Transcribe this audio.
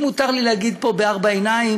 אם מותר לי להגיד פה, בארבע עיניים,